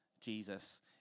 Jesus